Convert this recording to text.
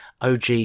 OG